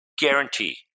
guarantee